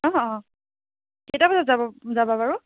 অ' অ' কেইটা বজাত যাব যাবা বাৰু